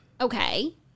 Okay